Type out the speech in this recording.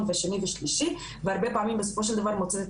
ושני ושלישי והרבה פעמים בסופו של דבר מוצאת את